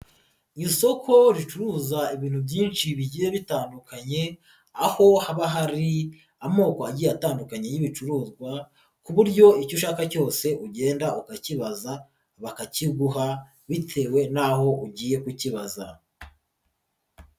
Isoko ricuruza ibintu byinshi bigiye bitandukanye, aho haba hari amoko agiye atandukanye y'ibicuruzwa ku buryo icyo ushaka cyose ugenda ukakibaza bakakiguha bitewe n'aho ugiye kukibaza.